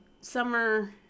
summer